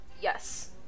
Yes